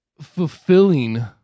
fulfilling